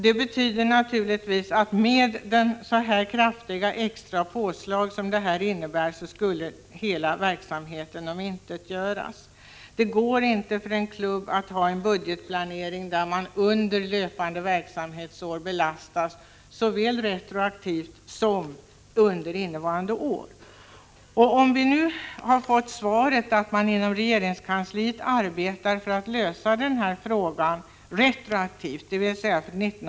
Med så stora påslag i fråga om arbetsgivaravgifter för idrottsmän som det här gäller skulle hela verksamheten omintetgöras. Det går inte för en klubb att ha en budgetplanering där man under löpande verksamhetsår belastas såväl retroaktivt som under det innevarande året. Vi har nu fått svaret att man inom regeringskansliet arbetar för att lösa problemet retroaktivt, dvs. för 1984/85.